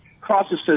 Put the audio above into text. Crosses